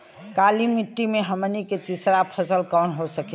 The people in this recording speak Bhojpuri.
काली मिट्टी में हमनी के तीसरा फसल कवन हो सकेला?